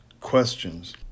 questions